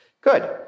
Good